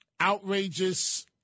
outrageous